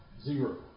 Zero